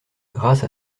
grâce